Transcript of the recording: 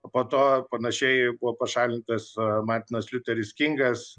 o po to panašiai buvo pašalintas martinas liuteris kingas